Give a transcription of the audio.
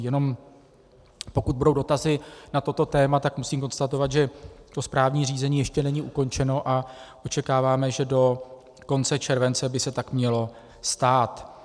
Jenom pokud budou dotazy na toto téma, musím konstatovat, že správní řízení ještě není ukončeno a očekáváme, že do konce července by se tak mělo stát.